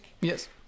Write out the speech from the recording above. yes